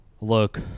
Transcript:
Look